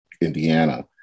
Indiana